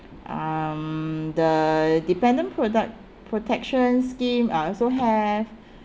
um the dependent product protection scheme I also have